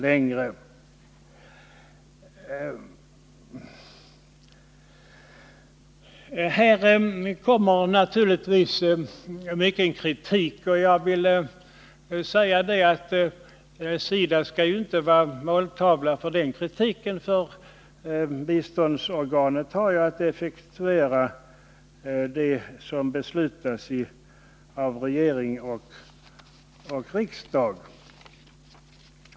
Här framförs alltså mycken kritik, och SIDA skall naturligtvis inte vara måltavla för den kritiken, för biståndsorganet har ju att effektuera vad som beslutas av regering och riksdag.